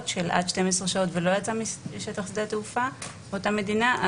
של עד 12 שעות ולא יצא משטח שדה התעופה של אותה מדינה.